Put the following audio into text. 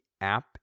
app